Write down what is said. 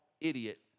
idiot